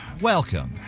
welcome